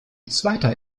zweiter